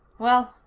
well,